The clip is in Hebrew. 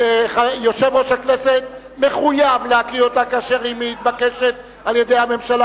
שיושב-ראש הכנסת מחויב להקריא אותה כאשר היא מתבקשת על-ידי הממשלה,